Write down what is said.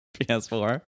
PS4